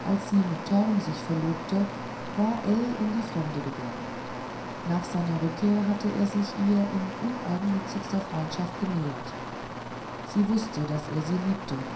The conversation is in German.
als sie mit torm sich verlobte war ell in die fremde gegangen nach seiner rückkehr hatte er sich ihr in uneigennützigster freundschaft genähert sie wußte daß er sie liebte